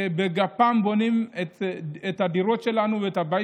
שבגופם בונים את הדירות שלנו ואת הבית